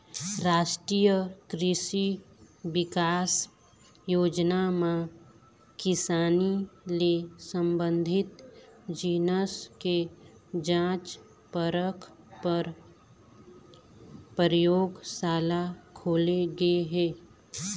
रास्टीय कृसि बिकास योजना म किसानी ले संबंधित जिनिस के जांच परख पर परयोगसाला खोले गे हे